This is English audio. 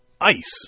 ice